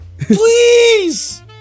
Please